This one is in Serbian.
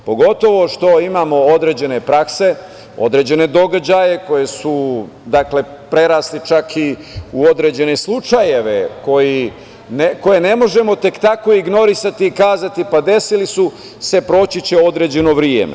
Pogotovo što imamo određene prakse, određene događaje koji su prerasli čak i u određene slučajeve koje ne možemo tek tako ignorisati i kazati, pa desilo se, proći će određeno vreme.